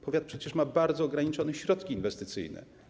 Powiat przecież ma bardzo ograniczone środki inwestycyjne.